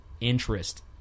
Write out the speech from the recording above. interest